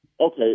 Okay